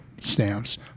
stamps